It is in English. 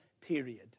period